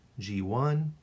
G1